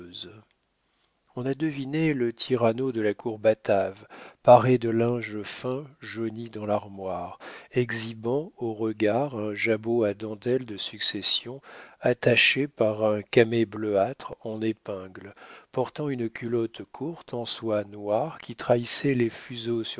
on a deviné le tyranneau de la cour batave paré de linge fin jauni dans l'armoire exhibant aux regards un jabot à dentelle de succession attaché par un camée bleuâtre en épingle portant une culotte courte en soie noire qui trahissait les fuseaux